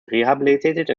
rehabilitated